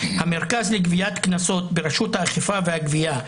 המרכז לגביית קנסות ברשות האכיפה והגבייה,